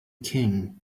king